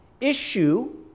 issue